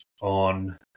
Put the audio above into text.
on